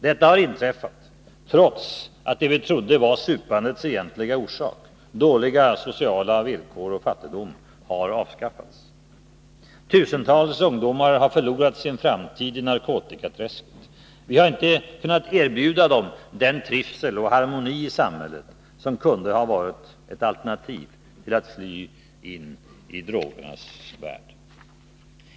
Detta har inträffat trots att det vi trodde var supandets egentliga orsak — dåliga sociala villkor och fattigdom — har avskaffats. Tusentals ungdomar har förlorat sin framtid i narkotikaträsket. Vi har inte kunnat erbjuda dem den trivsel och harmoni i samhället som kunde ha varit ett alternativ till att fly in i drogernas värld.